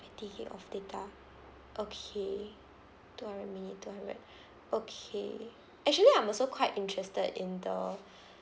twenty gigabyte of data okay two hundred minute two hundred okay actually I'm also quite interested in the